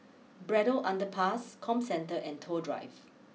Braddell Underpass Comcentre and Toh Drive